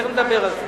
תיכף נדבר על זה.